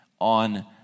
on